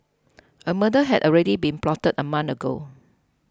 a murder had already been plotted a month ago